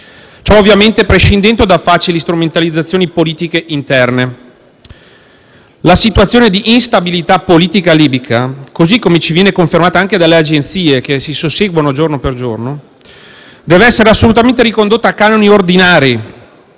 ciò, ovviamente, prescindendo da facili strumentalizzazioni politiche interne. La situazione di instabilità politica libica, così come ci viene confermata anche dalle agenzie che si susseguono giorno per giorno, deve essere assolutamente ricondotta a canoni ordinari,